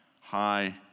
High